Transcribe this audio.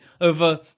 over